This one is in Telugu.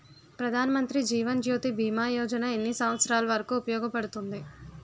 ప్రధాన్ మంత్రి జీవన్ జ్యోతి భీమా యోజన ఎన్ని సంవత్సారాలు వరకు ఉపయోగపడుతుంది?